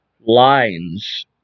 lines